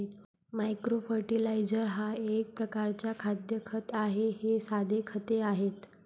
micro fertiliser हा एक प्रकारचा खाद्य खत आहे हे साधे खते आहेत